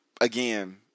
Again